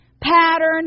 Pattern